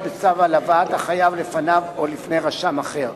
בצו על הבאת החייב לפניו או לפני רשם אחר,